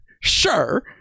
sure